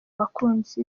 bakunzi